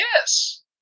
Yes